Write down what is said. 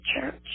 church